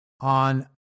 on